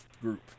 group